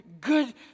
good